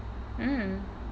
mm